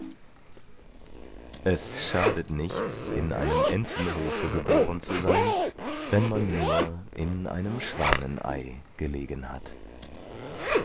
es schadet nichts in einem entenhofe geboren zu sein wenn man nur in einem schwanenei gelegen hat